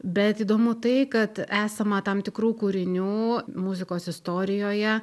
bet įdomu tai kad esama tam tikrų kūrinių muzikos istorijoje